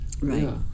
right